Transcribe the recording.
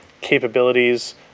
capabilities